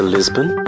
Lisbon